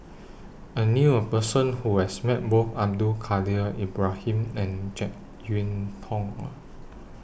I knew A Person Who has Met Both Abdul Kadir Ibrahim and Jek Yeun Thong